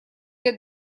для